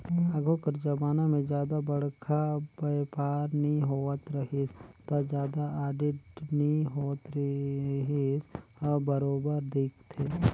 आघु कर जमाना में जादा बड़खा बयपार नी होवत रहिस ता जादा आडिट नी होत रिहिस अब बरोबर देखथे